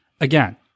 Again